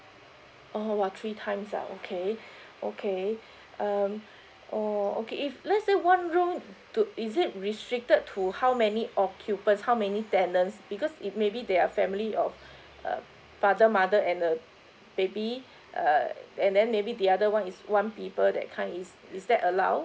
oh !wah! three times ah okay okay um oh okay if let's say one room to is it restricted to how many occupants how many tenants because if maybe they are family of uh father mother and a baby uh and then maybe the other one is one people that kind is is that allowed